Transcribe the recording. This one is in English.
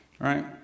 right